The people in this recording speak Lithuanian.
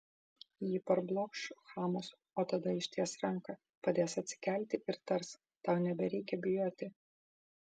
ji parblokš chamus o tada išties ranką padės atsikelti ir tars tau nebereikia bijoti